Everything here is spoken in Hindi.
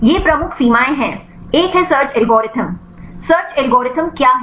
ये प्रमुख सीमाएँ हैं एक है सर्च एल्गोरिथ्म सर्च एल्गोरिथ्म क्या है